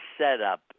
setup